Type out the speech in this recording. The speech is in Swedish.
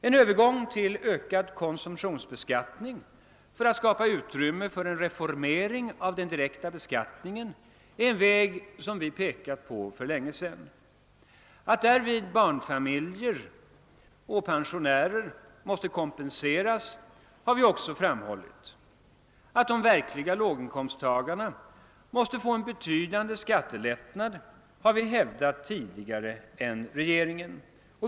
En övergång till ökad konsumtionsbeskattning för att skapa utrymme för en reformering av den direkta beskattningen är en väg som vi för länge sedan pekat på. Att därvid barnfamiljer och pensionärer måste kompenseras har vi också framhållit. Att de verkliga låginkomsttagarna måste få en betydande skattelättnad har vi hävdat tidigare än vad regeringen gjort.